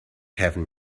heaven